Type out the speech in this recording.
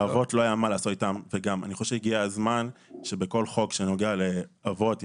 אני חושב שהגיע הזמן שבכל חוק שנוגע לאבות,